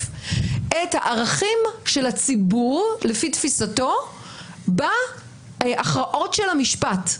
את הערכים של הציבור לפי תפיסתו בהכרעות של המשפט.